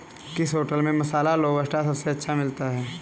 किस होटल में मसाला लोबस्टर सबसे अच्छा मिलता है?